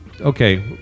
Okay